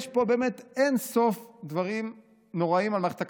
יש פה באמת אין-סוף דברים נוראיים על מערכת הכשרות.